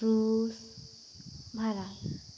ᱨᱩᱥ ᱵᱷᱟᱨᱚᱛ